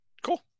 Cool